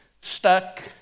stuck